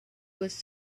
was